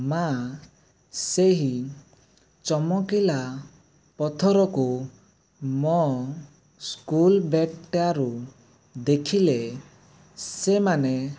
ମାଁ ସେହି ଚମକିଲା ପଥରକୁ ମୋ ସ୍କୁଲ ବ୍ୟାଗଟାରୁ ଦେଖିଲେ ସେମାନେ